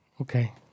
Okay